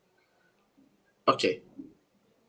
okay